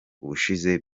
ubushize